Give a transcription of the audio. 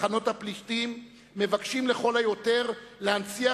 מחנות הפליטים מבקשים לכל היותר להנציח